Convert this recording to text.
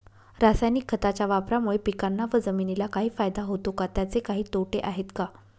रासायनिक खताच्या वापरामुळे पिकांना व जमिनीला काही फायदा होतो का? त्याचे काही तोटे आहेत का?